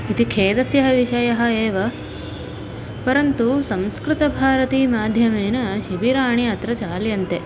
इति खेदस्यः विषयः एव परन्तु संस्कृतभारती माध्यमेन शिबिराणि अत्र चालयन्ते